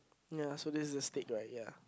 ya so this is the steak right ya